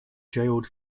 jailed